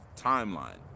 timeline